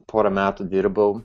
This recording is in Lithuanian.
porą metų dirbau